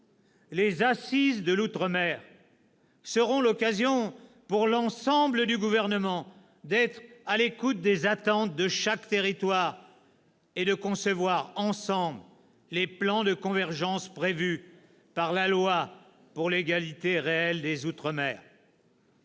Les assises de l'outre-mer seront l'occasion pour l'ensemble du Gouvernement d'être à l'écoute des attentes de chaque territoire et de concevoir ensemble les plans de convergence prévus par la loi pour l'égalité réelle des outre-mer.